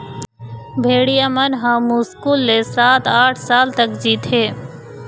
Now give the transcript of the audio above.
भेड़िया मन ह मुस्कुल ले सात, आठ साल तक जीथे